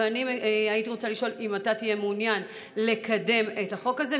ואני הייתי רוצה לשאול אם אתה תהיה מעוניין לקדם את החוק הזה,